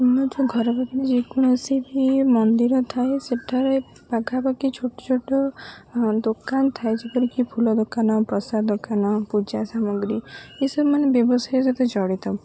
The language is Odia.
ଆମ ଯେଉଁ ଘର ପାଖରେ ଯେକୌଣସି ବି ମନ୍ଦିର ଥାଏ ସେଠାରେ ପାଖାପାଖି ଛୋଟ ଛୋଟ ଦୋକାନ ଥାଏ ଯେପରିକି ଫୁଲ ଦୋକାନ ପ୍ରସାଦ ଦୋକାନ ପୂଜା ସାମଗ୍ରୀ ଏସବୁ ମାନେ ବ୍ୟବସାୟ ସହିତ ଜଡ଼ିତ